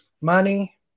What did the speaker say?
money